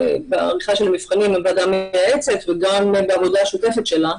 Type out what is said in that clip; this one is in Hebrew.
בעריכת המבחנים לוועדה המייעצת וגם בעבודה השוטפת שלה.